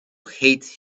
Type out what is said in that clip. hate